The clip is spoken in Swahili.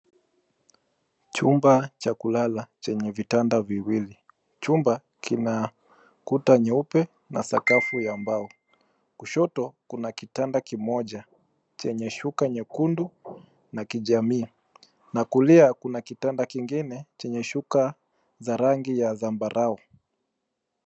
Chumba cha kulala chenye vitanda viwili. Chumba kina kuta nyeupe na sakafu ya mbao. Kushoto kuna kitanda kimoja chenye shuka nyekundu na kijamia na kulia kuna kitanda kengine chenye shuka za rangi ya zambarau.